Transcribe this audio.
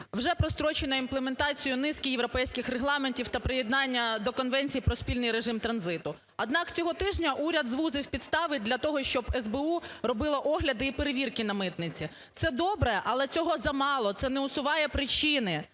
Вже прострочено імплементацію низки європейських регламентів та приєднання до Конвенції про спільний режим транзиту. Однак, цього тижня уряд звузив підстави для того, щоб СБУ робило огляди і перевірки на митниці. Це добре, але цього замало, це не усуває причини.